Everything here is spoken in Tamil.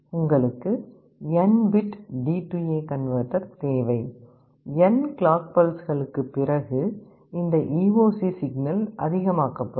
உங்களுக்கு n பிட் டிஏ கன்வெர்ட்டர் தேவை n கிளாக் பல்ஸ்களுக்குப் பிறகு இந்த ஈஓசி சிக்னல் அதிகமாக்கப்படும்